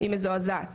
היא מזועזעת.